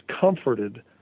comforted